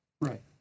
right